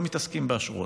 ולא מתעסקים באשרות.